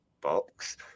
box